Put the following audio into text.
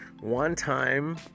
one-time